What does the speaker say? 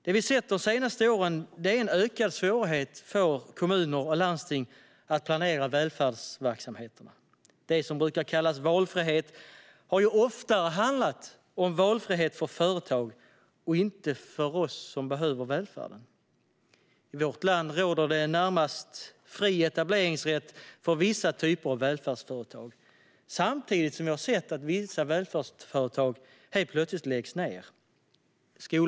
Det vi har sett de senaste åren är en ökad svårighet för kommuner och landsting att planera välfärdsverksamheterna. Det som brukar kallas valfrihet har oftare handlat om valfrihet för företag och inte för oss som behöver välfärden. I vårt land råder i det närmaste fri etableringsrätt för vissa typer av välfärdsföretag samtidigt som vi har sett att vissa välfärdsföretag helt plötsligt läggs ned.